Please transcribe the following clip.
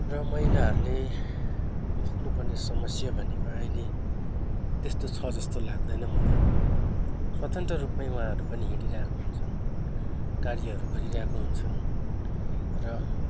र महिलाहरूले भोग्नु पर्ने समस्या भनेको अहिले त्यस्तो छ जस्तो लाग्दैन मलाई स्वतन्त्र रूपमै उहाँहरू पनि हिँडिरहेको हुन्छन् कार्यहरू गरिरहेको हुन्छन् र